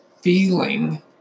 feeling